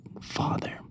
father